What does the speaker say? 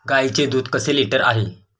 गाईचे दूध कसे लिटर आहे?